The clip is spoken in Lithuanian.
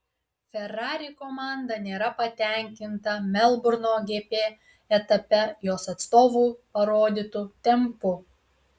ferrari komanda nėra patenkinta melburno gp etape jos atstovų parodytu tempu